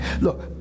look